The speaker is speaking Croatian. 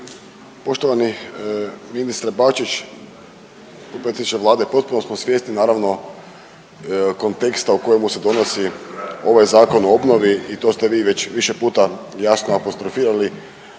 Poštovani ministre Bačić, potpredsjedniče Vlade potpuno se svjesni naravno konteksta u kojemu se donosi ovaj Zakon o obnovi i to ste vi već više puta jasno apostrofirali,